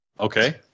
Okay